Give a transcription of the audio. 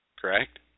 correct